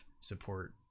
support